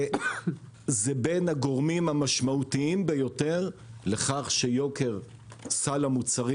זה בין הגורמים המשמעותיים ביותר לכך שיוקר סל המוצרים